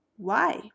Why